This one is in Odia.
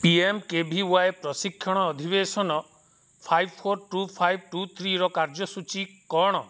P M K V Y ପ୍ରଶିକ୍ଷଣ ଅଧିବେଶନ five four two five two ଥ୍ରୀର କାର୍ଯ୍ୟସୂଚୀ କ'ଣ